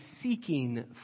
seeking